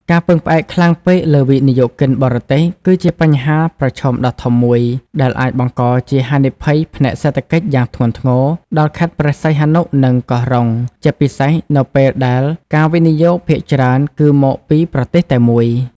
ការពឹងផ្អែកខ្លាំងពេកលើវិនិយោគិនបរទេស គឺជាបញ្ហាប្រឈមដ៏ធំមួយ ដែលអាចបង្កជា ហានិភ័យផ្នែកសេដ្ឋកិច្ចយ៉ាងធ្ងន់ធ្ងរ ដល់ខេត្តព្រះសីហនុ និងកោះរ៉ុង ជាពិសេសនៅពេលដែលការវិនិយោគភាគច្រើនគឺមកពី ប្រទេសតែមួយ។